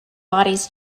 bodies